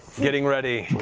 getting ready.